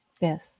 Yes